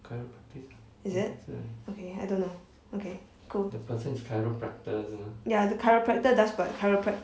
is it okay I don't know okay cool ya the chiropractor does what chiroprac~